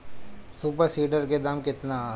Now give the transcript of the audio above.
Super seeder के दाम केतना ह?